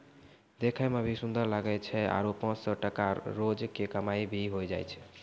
देखै मॅ भी सुन्दर लागै छै आरो पांच सौ टका रोज के कमाई भा भी होय जाय छै